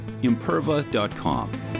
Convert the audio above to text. Imperva.com